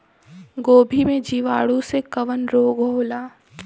गोभी में जीवाणु से कवन रोग होला?